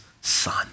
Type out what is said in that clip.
son